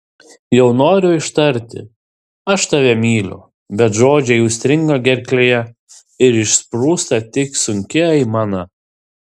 jau noriu ištarti aš tave myliu bet žodžiai užstringa gerklėje ir išsprūsta tik sunki aimana